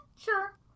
sure